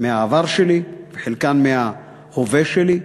מהעבר שלי וחלקם מההווה שלי.